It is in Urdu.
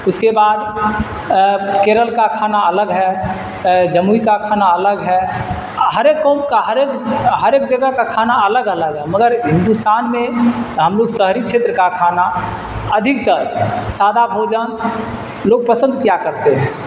اس کے بعد کیرل کا کھانا الگ ہے جموئی کا کھانا الگ ہے ہر ایک قوم کا ہر ایک ہر ایک جگہ کا کھانا الگ الگ ہے مگر ہندوستان میں ہم لوگ شہری چھیتر کا کھانا ادھکتر سادہ بھوجن لوگ پسند کیا کرتے ہیں